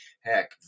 heck